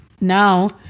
Now